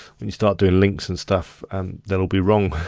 when you start doing links and stuff, and they'll be wrong.